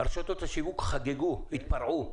רשתות השיווק חגגו והתפרעו.